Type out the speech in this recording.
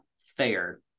fair